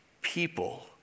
people